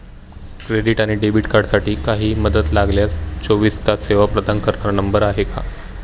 Credit आणि debit कार्डसाठी काही मदत लागल्यास चोवीस तास सेवा प्रदान करणारा नंबर आहे का?